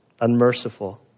unmerciful